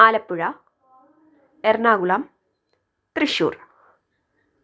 Alappuzha Ernakulam Thrissur